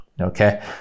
okay